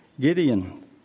Gideon